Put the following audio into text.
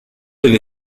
del